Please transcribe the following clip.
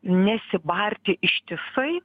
nesibarti ištisai